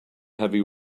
heavy